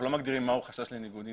מגדירים מה הוא חשש לניגוד עניינים,